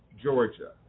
Georgia